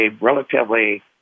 relatively